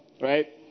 right